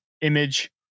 image